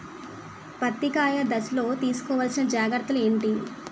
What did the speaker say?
పత్తి కాయ దశ లొ తీసుకోవల్సిన జాగ్రత్తలు ఏంటి?